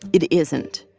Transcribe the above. it isn't.